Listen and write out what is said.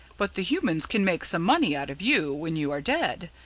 but the humans can make some money out of you when you are dead,